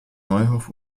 neuhof